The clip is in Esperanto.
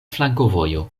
flankovojo